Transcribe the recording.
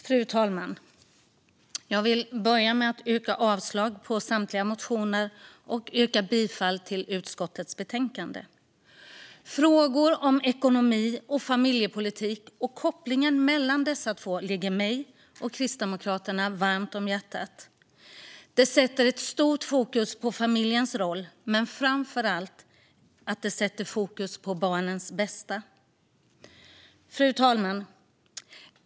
Fru talman! Jag vill börja med att yrka avslag på samtliga motioner och yrka bifall till förslaget i utskottets betänkande. Frågor om ekonomi, familjepolitik och kopplingen mellan dessa två ligger mig och Kristdemokraterna varmt om hjärtat. Starkt fokus sätts på familjens roll, men framför allt sätts fokus på barnens bästa. Fru talman!